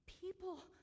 People